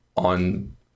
On